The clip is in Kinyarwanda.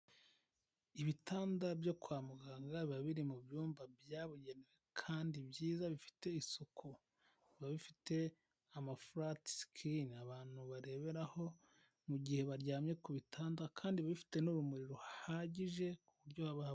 Ibitanda byo kwa muganga biba biri mu byumba byabugewe kandi byiza bifite isuku, biba bifite amafurati sikirini abantu bareberaho mu gihe baryamye ku bitanda, kandi bifite n'urumuri ruhagije ku buryo haba habona.